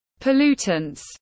pollutants